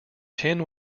tin